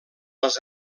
les